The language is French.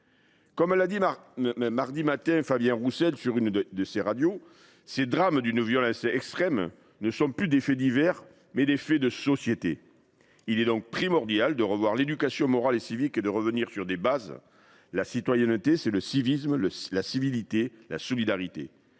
Comme l’a dit hier matin Fabien Roussel à la radio, ces drames d’une violence extrême sont non « plus des faits divers, mais des faits de société ». Il est donc primordial de revoir l’éducation morale et civique et de revenir aux fondamentaux. La citoyenneté, c’est le civisme, la civilité, la solidarité,